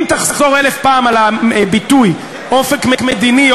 אם תחזור אלף פעם על הביטוי אופק מדיני,